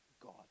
God